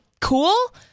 cool